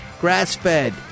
Grass-fed